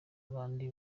bandi